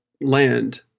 land